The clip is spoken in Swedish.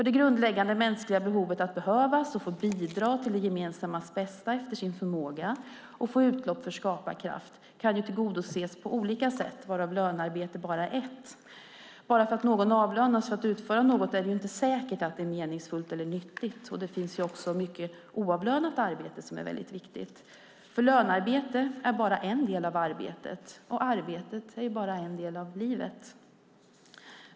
Det grundläggande mänskliga behovet av att behövas och få bidra till det gemensammas bästa efter sin förmåga och få utlopp för skaparkraft kan tillgodoses på olika sätt, varav lönearbete bara är ett. Bara för att någon avlönas för att utföra något är det inte säkert att det är meningsfullt eller nyttigt, och det finns också mycket oavlönat arbete som är väldigt viktigt. Lönearbete är bara en del av arbetet, och arbetet är bara en del av livet.